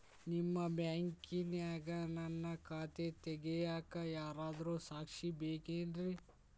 ನಿಮ್ಮ ಬ್ಯಾಂಕಿನ್ಯಾಗ ನನ್ನ ಖಾತೆ ತೆಗೆಯಾಕ್ ಯಾರಾದ್ರೂ ಸಾಕ್ಷಿ ಬೇಕೇನ್ರಿ?